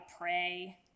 pray